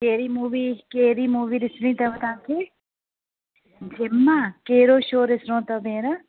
कहिड़ी मूवी कहिड़ी मूवी ॾिसिणी अथव तव्हांखे ज़िम्मा कहिड़ो शो ॾिसिणो अथव भेण